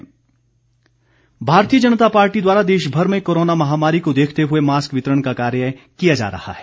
mask Bharatiya Janata Party द्वारा देशभर में कोरोना महामारी को देखते हए मास्क वितरण का कार्य किया जा रहा है